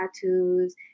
tattoos